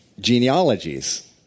genealogies